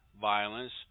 violence